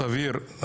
תבהיר,